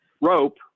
rope